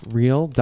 real